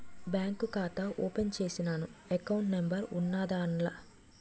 bank ఖాతా open చేసినాను account number ఉన్నాద్దాన్ల